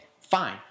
fine